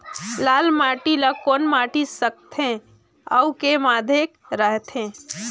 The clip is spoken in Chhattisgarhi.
लाल माटी ला कौन माटी सकथे अउ के माधेक राथे?